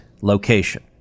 location